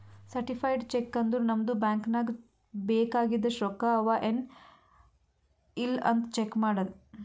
certified cheque ಅಂದುರ್ ನಮ್ದು bank ನಾಗ್ ಬೇಕ್ ಆಗಿದಷ್ಟು ರೊಕ್ಕಾ ಅವಾ ಎನ್ ಇಲ್ಲ್ ಅಂತ್ ಚೆಕ್ ಮಾಡದ್